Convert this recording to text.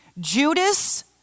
Judas